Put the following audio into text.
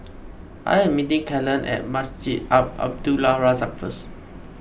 I am meeting Kalen at Masjid Al Abdul Razak first